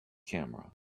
camera